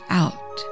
out